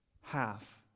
half